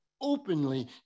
openly